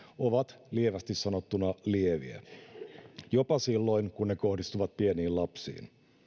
ovat lievästi sanottuna lieviä jopa silloin kun ne kohdistuvat pieniin lapsiin